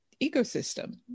ecosystem